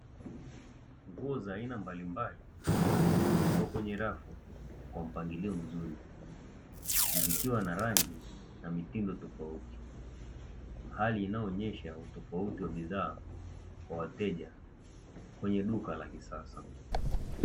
Nguo za aina mbalimbali zimetundikwa kwenye rafu kwa mpangilio mzuri zikiwa na rangi na mitindo zofauti ,hali inayoonesha utofauti wa bidhaa kwa wateja kwenye duka la kisasa.